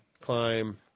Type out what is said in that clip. climb